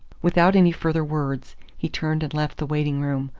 without any further words he turned and left the waiting-room,